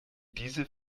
diese